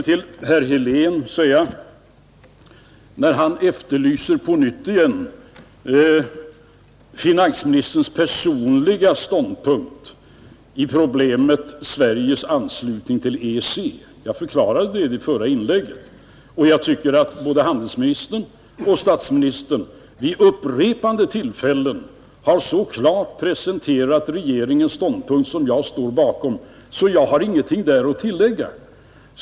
Till herr Helén, som på nytt efterlyste finansministerns personliga ståndpunkt till problemet Sveriges anslutning till EEC, vill jag säga att jag förklarade detta i mitt förra inlägg. Jag tycker att både handelsministern och statsministern vid upprepade tillfällen har så klart presenterat regeringens ståndpunkt, som jag står bakom, att jag inte har någonting att tillägga.